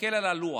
תסתכל על הלוח,